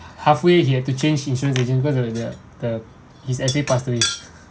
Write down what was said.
halfway he had to change insurance agent because the the the he's actually passed away